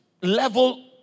level